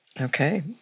Okay